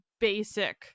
basic